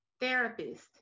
therapist